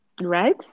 Right